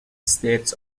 states